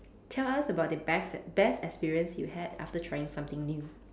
tell us about the best best experience you had after trying something new